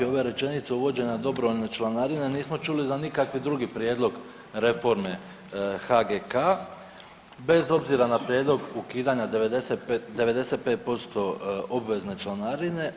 Van ove rečenice uvođenja dobrovoljne članarine nismo čuli za nikakvi drugi prijedlog reforme HGK bez obzira na prijedlog ukidanja 95% obvezne članarine.